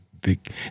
Big